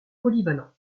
polyvalent